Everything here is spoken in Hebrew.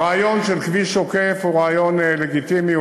הרעיון של כביש עוקף הוא רעיון לגיטימי.